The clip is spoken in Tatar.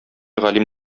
галим